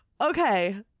Okay